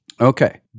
Okay